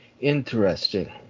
Interesting